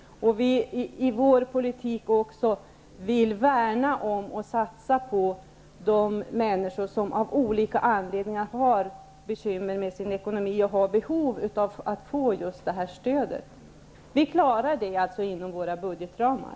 Vi vill med vår politik värna om och satsa på de människor som av olika anledningar har bekymmer med sin ekonomi, och som har behov att få just den här typen av stöd. Vi klarar alltså detta inom våra budgetramar.